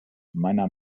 meiner